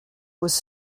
was